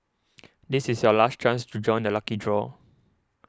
this is your last chance to join the lucky draw